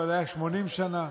היה 80 שנה,